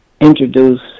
introduce